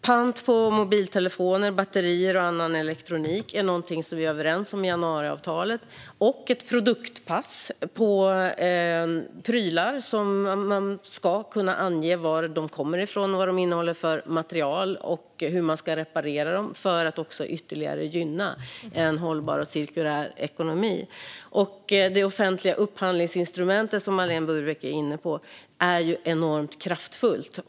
Pant på mobiltelefoner, batterier och annan elektronik är någonting som vi är överens om i januariavtalet, liksom ett produktpass för prylar. Man ska kunna ange var de kommer ifrån, vad de innehåller för material och även hur de ska repareras för att ytterligare gynna en hållbar och cirkulär ekonomi. Det offentliga upphandlingsinstrumentet som Marlene Burwick är inne på är enormt kraftfullt.